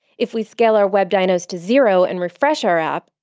if we scale our web dynos to zero and refresh our app,